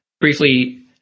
briefly